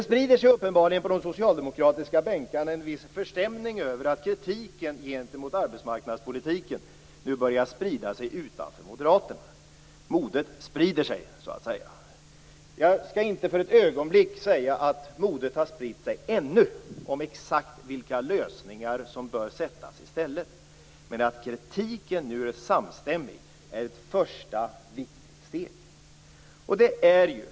Uppenbarligen sprider sig i de socialdemokratiska bänkarna en viss förstämning över att kritiken mot arbetsmarknadspolitiken nu börjar sprida sig utanför Moderaterna. Modet sprider sig så att säga. Jag skall inte för ett ögonblick säga att modet spritt sig ännu när det gäller exakt vilka lösningar som bör sättas i stället. Att kritiken nu är samstämmig är dock ett första viktigt steg.